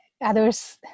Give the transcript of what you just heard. others